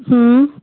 हम्म